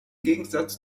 gegensatz